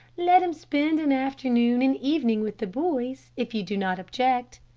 let him spend an afternoon and evening with the boys, if you do not object.